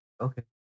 Okay